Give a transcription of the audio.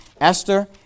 Esther